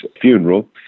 funeral